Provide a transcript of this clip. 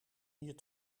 hier